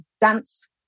dance